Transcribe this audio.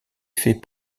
fait